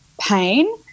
pain